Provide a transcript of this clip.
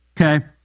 Okay